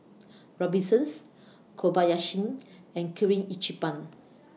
Robinsons Kobayashi and Kirin Ichiban